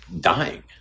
dying